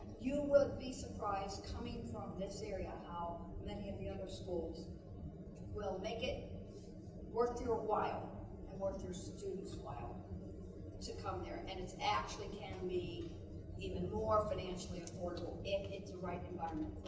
you will be surprised coming from this area how many of the other schools will make it worth your while and worth their students while to come there and it's actually can we even more financially affordable if it's the right environment